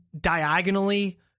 diagonally